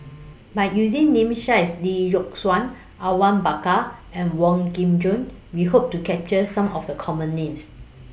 By using Names such as Lee Yock Suan Awang Bakar and Wong Kin Jong We Hope to capture Some of The Common Names